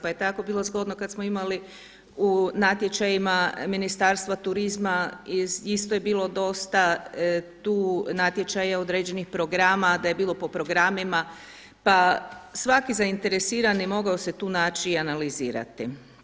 Pa je tako bilo zgodno kada smo imali u natječajima Ministarstva turizma isto je bilo dosta tu natječaja određenih programa, da je bilo po programima pa svaki zainteresirani mogao se tu naći i analizirati.